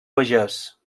pagès